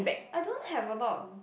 I don't have a lot of